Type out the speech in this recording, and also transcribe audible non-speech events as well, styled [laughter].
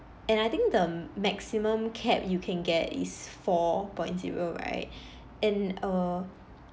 and I think the maximum CAP you can get is four point zero right [breath] and a